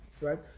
right